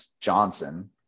Johnson